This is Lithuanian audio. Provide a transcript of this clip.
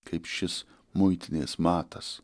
kaip šis muitinės matas